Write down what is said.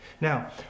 Now